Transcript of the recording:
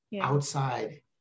Outside